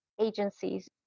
agencies